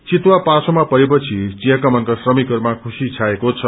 वितुवा पासोमा परेपछि विया कमानका श्रमिकहरूमा खुशी छाएको छ